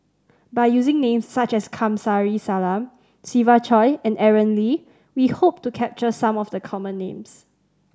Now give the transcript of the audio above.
by using names such as Kamsari Salam Siva Choy and Aaron Lee we hope to capture some of the common names